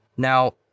Now